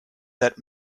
that